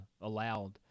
allowed